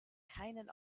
keinen